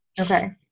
Okay